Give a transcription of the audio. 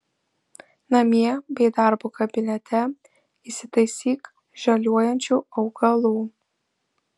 namie bei darbo kabinete įsitaisyk žaliuojančių augalų